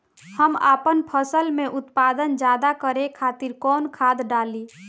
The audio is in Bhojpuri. हम आपन फसल में उत्पादन ज्यदा करे खातिर कौन खाद डाली?